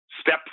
step